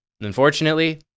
Unfortunately